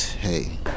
Hey